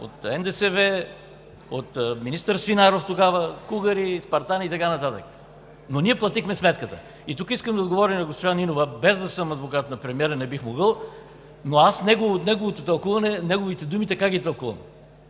от НДСВ, от министър Свинаров тогава, кугъри, „Спартан“ и така нататък. Но ние платихме сметката! Тук искам да отговоря и на госпожа Нинова, без да съм адвокат на премиера – не бих могъл, но аз неговите думи така ги тълкувам.